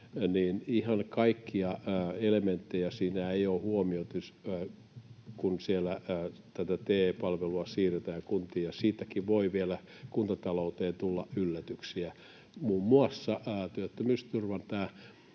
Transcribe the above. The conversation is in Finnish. kaikkia elementtejä siinä ei ole huomioitu, kun siellä tätä TE-palvelua siirretään kuntiin, ja siitäkin voi vielä kuntatalouteen tulla yllätyksiä. Muun muassa työttömyysturvan